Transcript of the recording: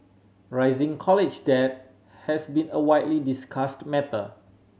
rising college debt has been a widely discussed matter